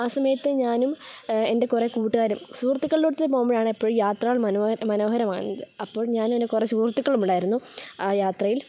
ആ സമയത്ത് ഞാനും എൻ്റെ കുറേ കൂട്ടുകാരും സുഹൃത്തുക്കളോടൊത്ത് പോവുമ്പോഴാണ് എപ്പോഴും യാത്രകൾ മനോ മനോഹരമാവുന്നത് അപ്പോൾ ഞാനും എൻ്റെ കുറച്ച് സുഹൃത്തുക്കളും ഉണ്ടായിരുന്നു ആ യാത്രയിൽ